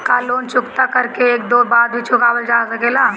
का लोन चुकता कर के एक दो दिन बाद भी चुकावल जा सकेला?